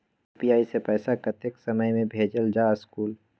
UPI से पैसा कतेक समय मे भेजल जा स्कूल?